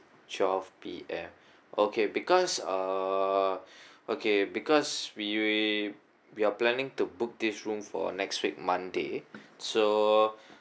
twelve P_M okay because uh okay because we we we are planning to book this room for next week monday so